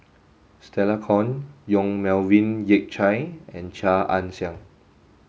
Stella Kon Yong Melvin Yik Chye and Chia Ann Siang